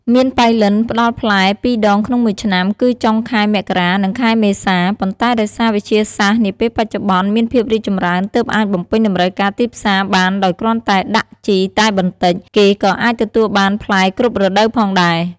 មៀនប៉ៃលិនផ្ដល់ផ្លែ ២ដងក្នុងមួយឆ្នាំ គឺចុងខែមករា និង ខែមេសា ប៉ុន្ដែដោយសារវិទ្យាសាស្ដ្រនាពេលបច្ចុប្បន្នមានភាពរីកចម្រើនទើបអាចបំពេញតម្រូវការទីផ្សារបានដោយគ្រាន់តែដាក់ជីតែបន្តិច គេក៏អាចទទួលបានផ្លែគ្រប់រដូវផងដែរ។